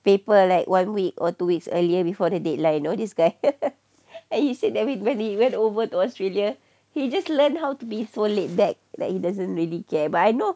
paper like one week or two weeks earlier before the deadline you know this guy and he said that we really went over to australia he just learn how to be so laid back that he doesn't really care but I know